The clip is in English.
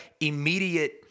immediate